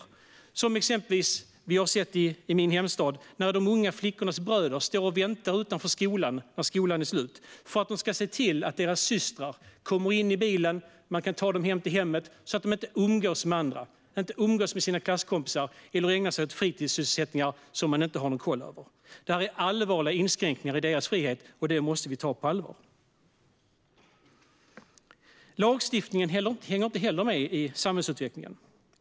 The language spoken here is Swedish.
Det har vi exempelvis sett i min hemstad när de unga flickornas bröder står och väntar utanför när skolan är slut för att de ska se till att deras systrar kommer in i bilen och de kan ta dem till hemmet. De ska inte umgås med andra; de ska inte umgås med sina klasskompisar eller ägna sig åt fritidssysselsättningar som man inte har någon koll över. Det är allvarliga inskränkningar i deras frihet, och det måste vi ta på allvar. Lagstiftningen hänger heller inte med i samhällsutvecklingen.